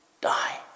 die